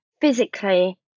Physically